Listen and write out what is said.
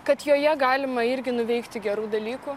kad joje galima irgi nuveikti gerų dalykų